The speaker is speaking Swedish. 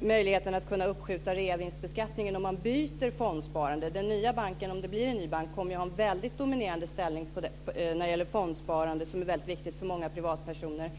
möjligheten att uppskjuta reavinstbeskattningen om man byter fondsparande? Den nya banken, om det nu blir en ny bank, kommer att ha en väldigt dominerande ställning när det gäller fondsparande, som är väldigt viktigt för många privatpersoner.